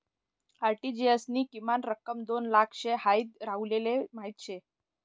RTGS नी किमान रक्कम दोन लाख शे हाई राहुलले माहीत शे